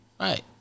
Right